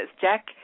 Jack